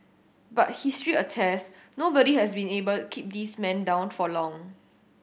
but history attests nobody has been able keep this man down for long